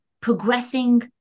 progressing